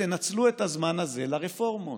ותנצלו את הזמן הזה לרפורמות: